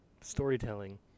storytelling